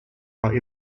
are